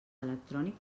electrònic